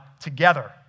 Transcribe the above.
together